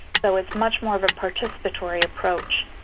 so it's much more of a participatory approach.